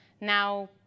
Now